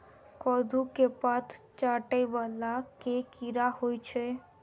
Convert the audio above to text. कद्दू केँ पात चाटय वला केँ कीड़ा होइ छै?